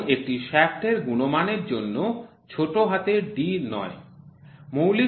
এখন একটি শ্যাফ্টের গুণমানের জন্য ছোট হাতের d 9